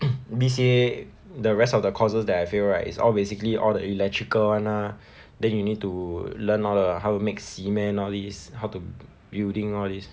B_C_A the rest of the courses that I fail right is all basically all the electrical [one] ah then you need to learn all the how to mix cement all these how to building all these